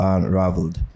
Unraveled